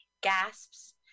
gasps